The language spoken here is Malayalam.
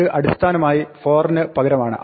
ഇത് അടിസ്ഥാനമായി for ന് പകരമാണ്